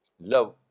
love